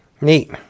Neat